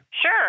Sure